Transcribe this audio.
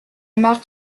marque